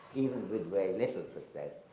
even with very little success.